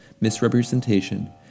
misrepresentation